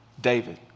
David